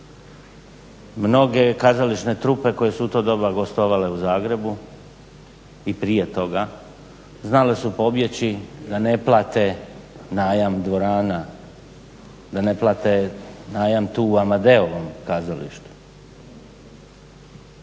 Mnoge kazališne trube koje su u to doba gostovale u Zagrebu i prije toga znale su pobjeći da ne plate najam dvorana, da ne plate najam tu Amadeovom kazalištu.